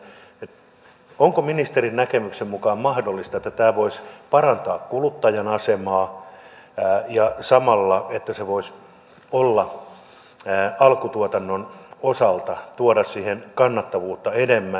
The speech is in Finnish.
onko ministerin näkemyksen mukaan mahdollista että tämä voisi parantaa kuluttajan asemaa ja että se samalla voisi alkutuotannon osalta tuoda siihen kannattavuutta enemmän